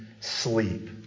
sleep